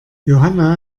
johanna